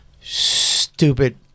stupid